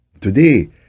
today